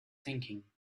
thinking